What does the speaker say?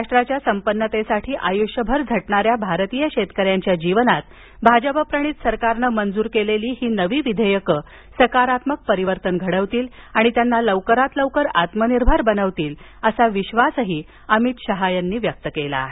राष्ट्राच्या संपन्नतेसाठी आयुष्यभर झटणाऱ्या भारतीय शेतकऱ्यांच्या जीवनात भाजपप्रणीत सरकारनं मंजूर केलेली ही नवी विधेयक सकारात्मक परिवर्तन घडवतील आणि त्यांना लवकरात लवकर आत्मनिर्भर बनवतील असा विश्वास अमित शहा यांनी व्यक्त केला आहे